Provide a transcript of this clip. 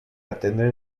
atendre